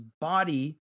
body